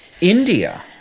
India